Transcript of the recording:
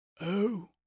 Oh